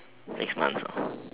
next month